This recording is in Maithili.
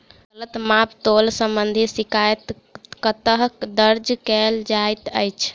गलत माप तोल संबंधी शिकायत कतह दर्ज कैल जाइत अछि?